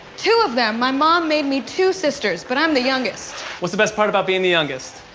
two of them. my mom made me two sisters, but i'm the youngest. what's the best part about being the youngest?